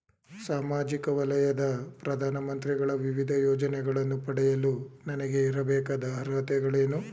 ಸಾಮಾಜಿಕ ವಲಯದ ಪ್ರಧಾನ ಮಂತ್ರಿಗಳ ವಿವಿಧ ಯೋಜನೆಗಳನ್ನು ಪಡೆಯಲು ನನಗೆ ಇರಬೇಕಾದ ಅರ್ಹತೆಗಳೇನು?